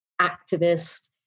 activist